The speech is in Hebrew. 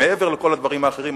מעבר לכל הדברים האחרים,